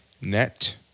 net